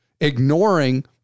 Ignoring